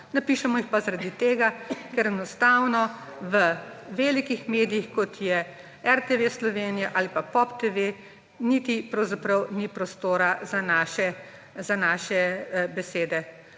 Napišemo jih pa zaradi tega, ker enostavno v velikih medijih, kot je RTV Slovenija ali pa Pop TV, pravzaprav niti ni prostora za naše besede.